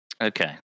Okay